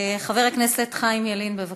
חבר הכנסת חיים ילין, בבקשה.